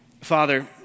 Father